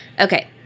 Okay